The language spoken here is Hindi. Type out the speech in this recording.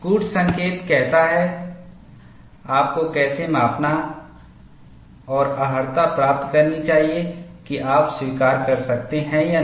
कूट संकेत कहता है आपको कैसे मापना और अर्हता प्राप्त करनी चाहिए कि आप स्वीकार कर सकते हैं या नहीं